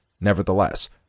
Nevertheless